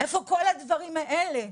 איפה כל הדברים האלה?